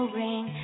ring